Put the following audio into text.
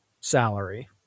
salary